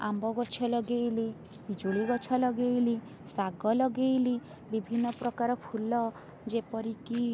ଆମ୍ବ ଗଛ ଲଗାଇଲି ପିଜୁଳି ଗଛ ଲଗାଇଲି ଶାଗ ଲଗାଇଲି ବିଭିନ୍ନ ପ୍ରକାର ଫୁଲ ଯେପରିକି